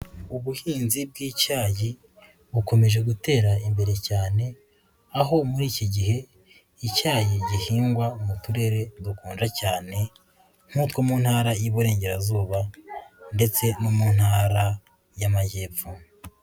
Ubuhinzi bw'icyayi bukomeje gutera imbere cyane, aho muri iki gihe icyayi gihingwa mu turere dukonja cyane nk'utwo mu ntara y'iburengerazuba ndetse no mu ntara y'amajyepfo.